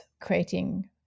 creating